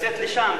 לצאת לשם.